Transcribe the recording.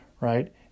right